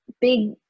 big